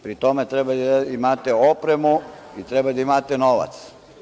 Pri tom, treba da imate opremu i treba da imate novac.